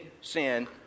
sin